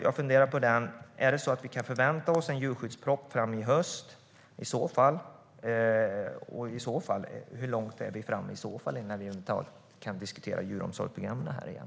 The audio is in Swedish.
Kan vi förvänta oss en djurskyddsproposition i höst, och hur mycket längre fram kommer vi i så fall att vara innan vi över huvud taget kan diskutera djuromsorgsprogrammen här igen?